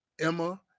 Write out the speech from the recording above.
Emma